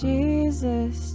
Jesus